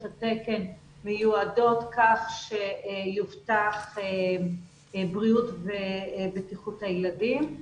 התקן מיועדות כך שיובטח בריאות ובטיחות הילדים.